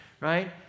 right